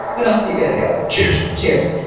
what else are you gonna do? cheers. cheers.